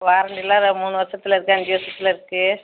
வாரண்டியெலாம் மூணு வருஷத்தில் இருக்குது அஞ்சு வருஷத்தில் இருக்குது